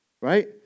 right